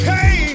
Hey